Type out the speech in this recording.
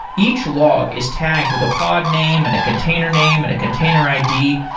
each log is tagged with a pod name, and a container name, and a container id,